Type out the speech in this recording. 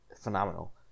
phenomenal